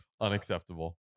Unacceptable